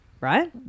right